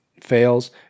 fails